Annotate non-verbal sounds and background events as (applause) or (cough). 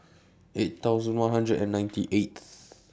eight thousand one hundred and ninety eighth (noise)